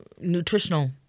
nutritional